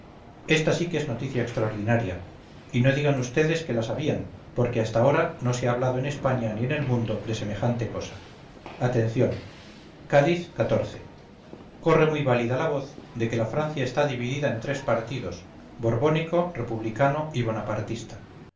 esta sí que es noticia extraordinaria y no digan vds quela sabían porque hasta ahora no se ha hablado en españa ni en el mundo de semejante cosa atención cádiz corre muy válida la voz de que la francia está dividida en tres partidos borbónico republicano y